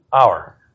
hour